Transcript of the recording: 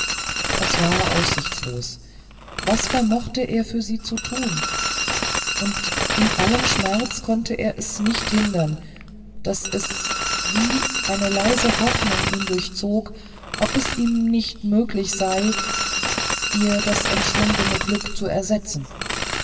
es war aussichtslos was vermochte er für sie zu tun und in allem schmerz konnte er es nicht hindern daß es wie eine leise hoffnung ihn durchzog ob es ihm nicht möglich sei ihr das entschwundene glück zu ersetzen